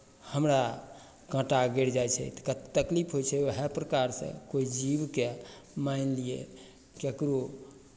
हमरा काँटा गड़ि जाइ छै तऽ क् तकलीफ होइ छै उएह प्रकारसँ कोइ जीवकेँ मानि लिअ ककरो